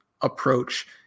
approach